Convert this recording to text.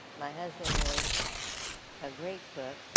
my husband was a great cook.